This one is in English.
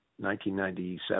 1997